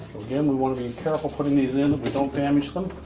again, we want to be careful putting these in, we don't damage them.